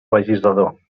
legislador